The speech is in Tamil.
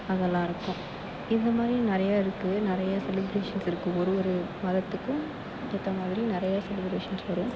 அதெல்லாம் இருக்கும் இந்தமாதிரி நிறையா இருக்குது நிறையா செலிப்ரேஷன்ஸ் இருக்கும் ஒரு ஒரு மதத்துக்கும் அதுக்கேற்றா மாதிரி செலிப்ரேஷன்ஸ் வரும்